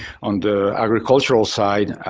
on the agricultural side,